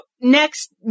next